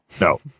no